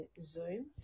Zoom